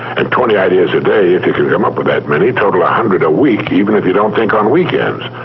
and twenty ideas a day, if you can come up with that many, total one hundred a week, even if you don't think on weekends.